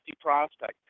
prospect